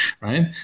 right